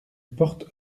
porte